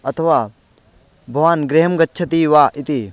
अथवा भवान् गृहं गच्छति वा इति